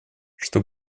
что